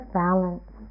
balance